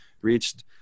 reached